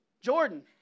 Jordan